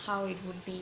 how it would be